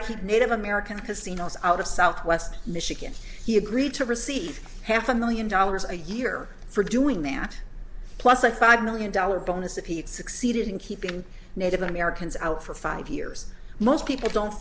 to keep native american casinos out of southwest michigan he agreed to receive half a million dollars a year for doing that plus a five million dollar bonus if he succeeded in keeping native americans out for five years most people don't